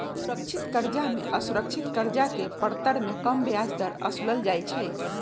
सुरक्षित करजा में असुरक्षित करजा के परतर में कम ब्याज दर असुलल जाइ छइ